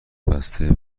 بسته